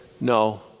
no